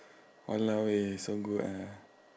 !walao! wei so good ah